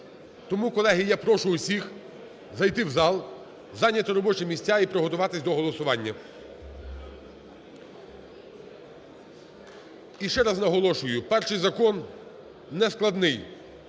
Тому, колеги, я прошу усіх зайти в зал, зайняти робочі місця і приготуватись до голосування. І ще раз наголошую: перший закон нескладний,